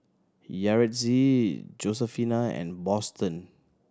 Yaretzi Josefina and Boston